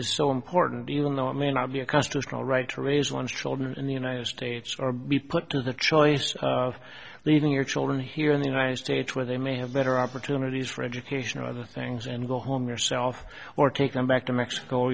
is so important even though it may not be a constitutional right to raise one's children in the united states or be put to the choice of leaving your children here in the united states where they may have better opportunities for educational other things and go home yourself or take them back to mexico